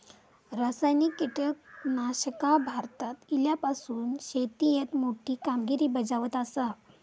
रासायनिक कीटकनाशका भारतात इल्यापासून शेतीएत मोठी कामगिरी बजावत आसा